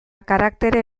karaktere